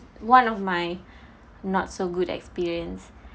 one of my not so good experience